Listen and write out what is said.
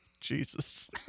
Jesus